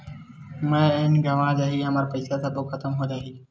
Pan गंवा जाही हमर पईसा सबो खतम हो जाही?